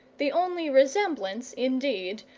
the only resemblance, indeed,